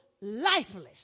lifeless